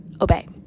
obey